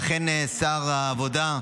ואכן שר העבודה,